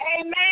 amen